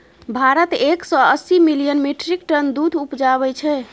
भारत एक सय अस्सी मिलियन मीट्रिक टन दुध उपजाबै छै